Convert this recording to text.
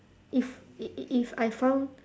if if if if I found